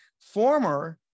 former